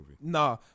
Nah